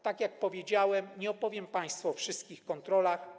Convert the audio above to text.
Tak jak powiedziałem, nie opowiem państwu o wszystkich kontrolach.